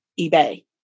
eBay